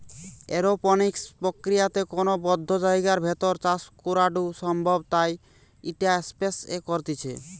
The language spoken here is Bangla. এরওপনিক্স প্রক্রিয়াতে কোনো বদ্ধ জায়গার ভেতর চাষ করাঢু সম্ভব তাই ইটা স্পেস এ করতিছে